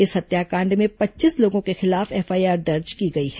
इस हत्याकांड में पच्चीस लोगों के खिलाफ एफआईआर दर्ज की गई है